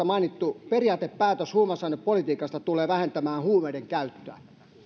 mainittu periaatepäätös huumausainepolitiikasta tulee vähentämään huumeiden käyttöä